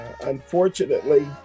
Unfortunately